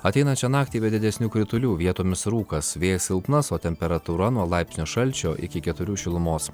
ateinančią naktį be didesnių kritulių vietomis rūkas vėjas silpnas o temperatūra nuo laipsnio šalčio iki keturių šilumos